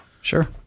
Sure